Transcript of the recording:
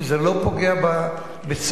וזה לא פוגע בצה"ל,